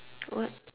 what